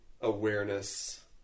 awareness